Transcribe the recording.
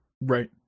Right